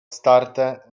starte